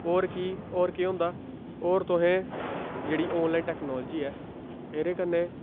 होर कीह् होर केह् होंदा होर तुसें जेह्ड़ी आनलाइन टैक्नालोजी ऐ एह्दे कन्नै